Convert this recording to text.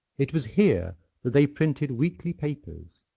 it was here that they printed weekly papers,